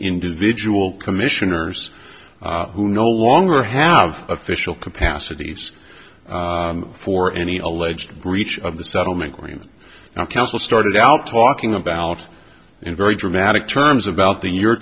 individual commissioners who no longer have official capacities for any alleged breach of the settlement agreement now counsel started out talking about in very dramatic terms about the year